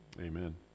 Amen